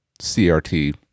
CRT